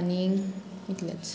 आनी इतलेंच